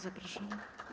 Zapraszam.